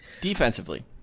Defensively